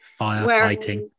Firefighting